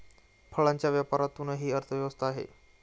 फळांच्या व्यापारातूनही अर्थव्यवस्था आहे